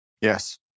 Yes